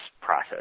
process